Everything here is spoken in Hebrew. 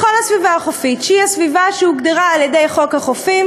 בכל הסביבה החופית שהיא הסביבה שהוגדרה על-ידי חוק החופים